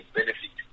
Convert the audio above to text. benefit